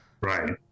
right